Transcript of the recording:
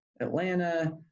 Atlanta